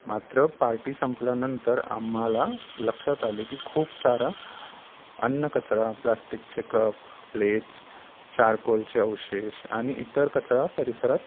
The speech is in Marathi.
मात्र पार्टी संपल्यानंतर आम्हाला लक्षात आले की खूप सारा अन्न कचरा प्लास्टिकचे कप प्लेट्स चारकोलचे अवशेष आणि इतर कचरा परिसरात